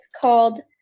called